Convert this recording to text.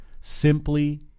Simply